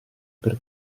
per